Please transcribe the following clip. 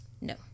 No